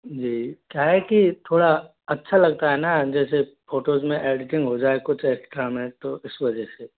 जी क्या है कि थोड़ा अच्छा लगता है ना जैसे फोटोज़ में एडिटिंग हो जाए कुछ एक्स्ट्रा में तो इस वजह से